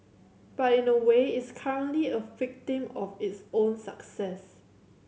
but in a way it's currently a victim of its own success